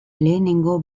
lehenengo